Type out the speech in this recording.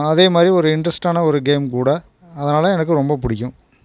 அதே மாதிரி ஒரு இன்ட்ரெஸ்ட்டான ஒரு கேம் கூட அதனால எனக்கு ரொம்ப பிடிக்கும்